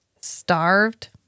starved